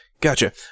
Gotcha